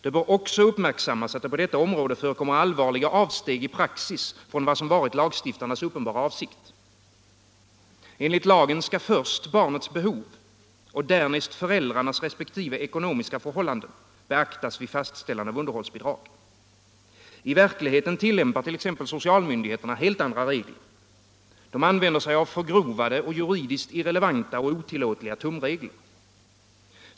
Det bör också uppmärksammas att det på detta område förekommer allvarliga avsteg i praxis från vad som varit lagstiftarnas uppenbara avsikt, Enligt lagen skall först barnets behov och därnäst föräldrarnas resp, ekonomiska förhållanden beaktas vid fastställandet av underhållsbidrag. I verkligheten tillämpar t.ex. socialmyndigheterna helt andra regler, De använder sig av förgrovade och juridiskt irrelevanta och otillåtliga tumregler.